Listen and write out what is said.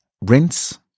rinse